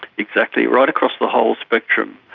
exactly, right across the whole spectrum.